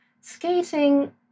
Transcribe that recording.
skating